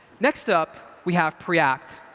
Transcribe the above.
next up we have preact.